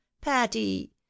patty